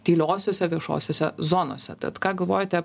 tyliosiose viešosiose zonose tad ką galvojate